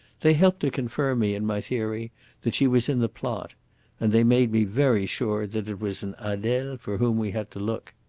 they helped to confirm me in my theory that she was in the plot and they made me very sure that it was an adele for whom we had to look.